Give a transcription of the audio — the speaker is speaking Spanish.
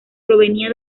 provenía